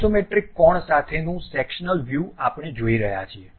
isometric કોણ સાથેનું sectional view આપણે જોઈ રહ્યા છીએ